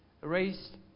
raised